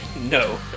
No